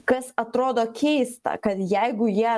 kas atrodo keista kad jeigu jie